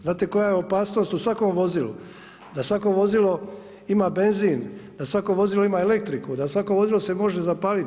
Znate koja je opasnost u svakom vozilu, da svako vozilo ima benzin, da svako vozilo ima elektriku, da svako vozilo se može zapalit.